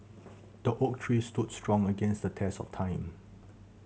the oak tree stood strong against the test of time